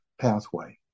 pathway